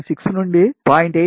6 నుండి 0